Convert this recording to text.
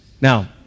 Now